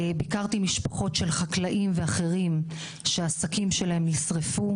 ביקרתי משפחות של חקלאים ואחרים שהעסקים שלהם נשרפו,